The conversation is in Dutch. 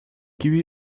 kiwi